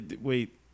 Wait